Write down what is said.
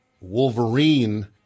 Wolverine